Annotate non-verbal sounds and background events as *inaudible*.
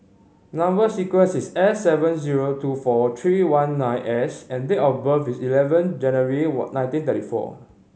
number sequence is S seven zero two four three one nine S and date of birth is eleven January *unintelligible* nineteen thirty four